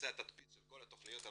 של כל התכניות הרלבנטיות,